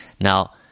Now